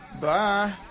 bye